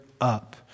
up